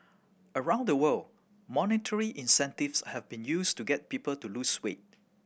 around the world monetary incentives have been used to get people to lose weight